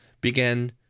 began